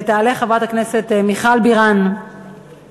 הצעות לסדר-היום מס'